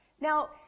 Now